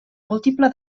múltiple